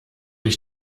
ich